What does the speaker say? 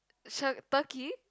Shakir~ turkey